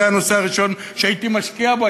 זה היה הנושא הראשון שהייתי משקיע בו.